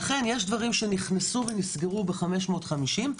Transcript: לכן יש דברים שנכנסו ונסגרו ב-550,